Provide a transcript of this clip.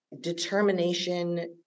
determination